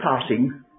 passing